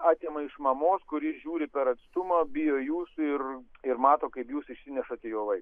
atima iš mamos kuri žiūri per atstumą bijo jūsų ir ir mato kaip jūs išsinešate jo vaiką